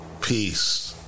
Peace